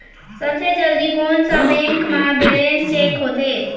सबसे जल्दी कोन सा बैंक म बैलेंस चेक होथे?